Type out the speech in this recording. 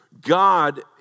God